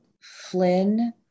Flynn